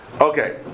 Okay